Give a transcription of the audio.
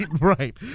Right